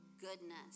goodness